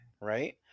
right